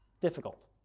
difficult